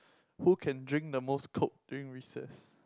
who can drink the most coke during recess